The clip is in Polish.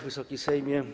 Wysoki Sejmie!